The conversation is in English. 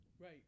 Right